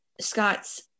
Scott's